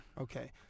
Okay